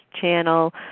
channel